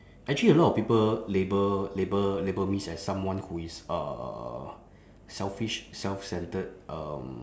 actually a lot of people label label label me as someone who is uh selfish self centred um